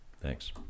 Thanks